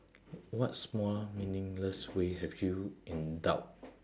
what small meaningless way have you rebelled